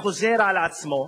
אחריו,